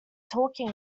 talking